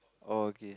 oh okay